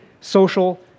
social